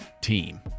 team